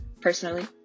personally